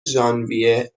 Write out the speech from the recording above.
ژانویه